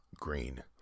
green